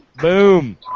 Boom